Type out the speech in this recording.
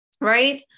right